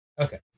okay